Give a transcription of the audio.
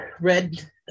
red